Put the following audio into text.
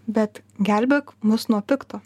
bet gelbėk mus nuo pikto